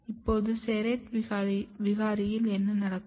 அப்போது SERRATE விகாரியில் என்ன நடக்கும்